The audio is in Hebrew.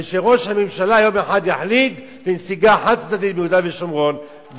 ושראש הממשלה יום אחד יחליט על נסיגה חד-צדדית מיהודה ושומרון,